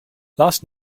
last